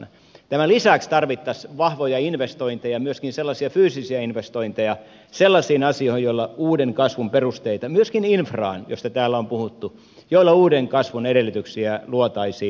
tämän lisäksi tarvittaisiin vahvoja investointeja myöskin sellaisia fyysisiä investointeja sellaisiin asioihin joilla uuden kasvun edellytyksiä myöskin infraan josta täällä on puhuttu luotaisiin